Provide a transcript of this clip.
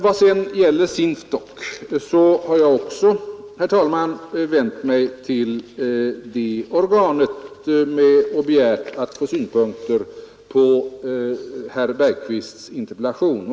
Jag har även vänt mig till SINFDOK och bett att få synpunkter på herr Bergvists interpellation.